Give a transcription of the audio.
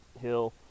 Hill